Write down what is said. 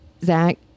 Zach